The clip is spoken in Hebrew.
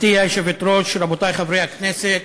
גברתי היושבת-ראש, רבותי חברי הכנסת,